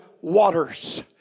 waters